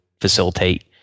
facilitate